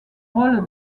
rôle